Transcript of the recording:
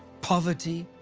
poverty,